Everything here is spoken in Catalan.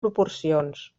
proporcions